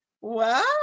Wow